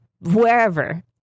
wherever